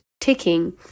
ticking